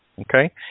okay